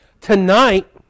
tonight